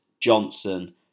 Johnson